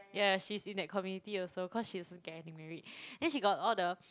yeah she's in that community also cause she's getting married then she got all the